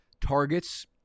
targets